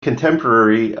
contemporary